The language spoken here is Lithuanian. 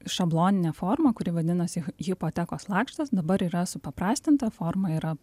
šablonine forma kuri vadinasi hipotekos lakštas dabar yra supaprastinta forma yra